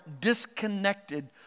disconnected